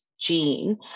gene